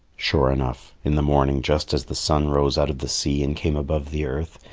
sure enough, in the morning just as the sun rose out of the sea and came above the earth,